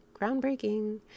groundbreaking